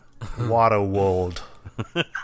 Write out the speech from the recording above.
Waterworld